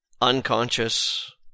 unconscious